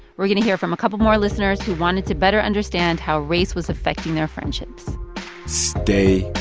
we're going to hear from a couple more listeners who wanted to better understand how race was affecting their friendships stay